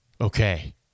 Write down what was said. Okay